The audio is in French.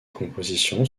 compositions